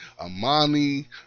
Amani